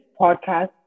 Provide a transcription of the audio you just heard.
podcast